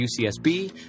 UCSB